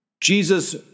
Jesus